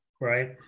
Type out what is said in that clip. right